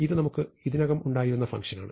ഇത് നമുക്ക് ഇതിനകം ഉണ്ടായിരുന്ന ഫങ്ഷനാണ്